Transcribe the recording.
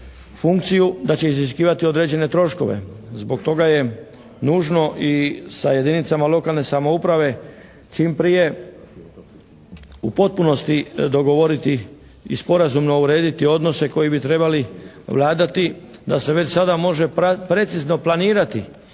funkciju, da će iziskivati određene troškove. Zbog toga je nužno i sa jedinicama lokalne samouprave čim prije u potpunosti dogovoriti i sporazumno urediti odnose koji bi trebali vladati da se već sada može precizno planirati